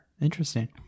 Interesting